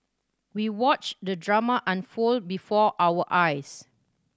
we watched the drama unfold before our eyes